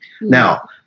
Now